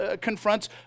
confronts